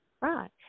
Right